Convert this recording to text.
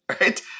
Right